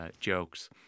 jokes